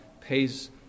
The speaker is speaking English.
pays